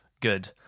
good